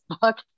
book